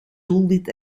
doelwit